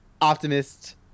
optimist